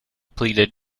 pleaded